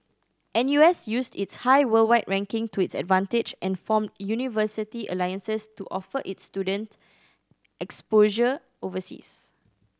N U S used its high worldwide ranking to its advantage and formed university alliances to offer its student exposure overseas